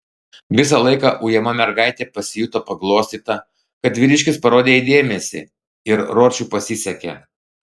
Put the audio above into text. visą laiką ujama mergaitė pasijuto paglostyta kad vyriškis parodė jai dėmesį ir ročui pasisekė